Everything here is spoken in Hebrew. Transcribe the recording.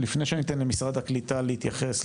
לפני שאני אתן למשרד הקליטה להתייחס,